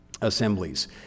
assemblies